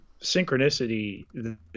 synchronicity